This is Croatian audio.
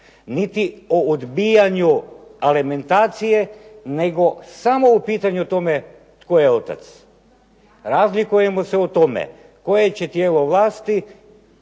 niti o odbijanju alimentacije, nego samo u pitanju o tome tko je otac. Razlikujemo se u tome koje će tijelo vlasti